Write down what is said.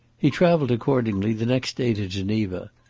he travelled, accordingly, the next day to geneva,